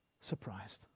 surprised